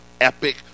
epic